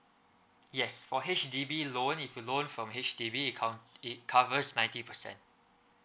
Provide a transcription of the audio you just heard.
yes for H_D_B loan if you loan from H_D_B it count it covers ninety percent